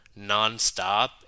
nonstop